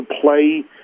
play